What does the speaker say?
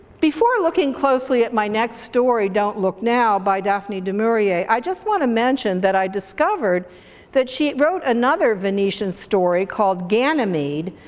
before looking closely at my next story, don't look now by daphne du maurier, i just want to mention that i discovered that she wrote another venetian story called ganymede,